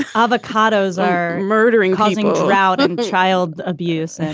avocados are murdering husbands, drought and child abuse and